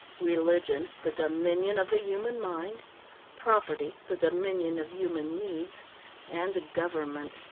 religion, the dominion of the human mind property, the dominion of human needs and government,